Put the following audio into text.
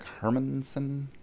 Hermanson